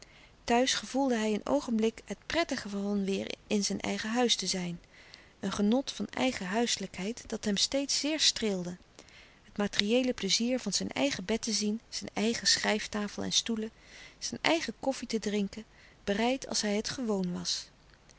de stille kracht blik het prettige van weêr in zijn eigen huis te zijn een genot van eigen huiselijkheid dat hem steeds zeer streelde het materieele pleizier van zijn eigen bed te zien zijn eigen schrijftafel en stoelen zijn eigen koffie te drinken bereid als hij het gewoon was